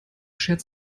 schert